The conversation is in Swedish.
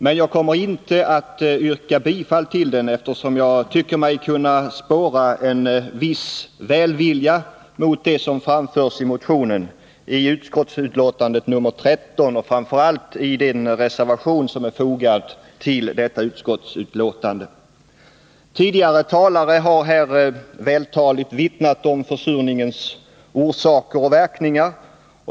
Men jag kommer inte att yrka bifall till den, eftersom jag tycker mig kunna spåra en viss välvilja till det som framförs i motionen i utskottsbetänkande 13 och framför allt i den reservation som är fogad till betänkandet. Tidigare talare har vältaligt vittnat om försurningens orsaker och verkningar.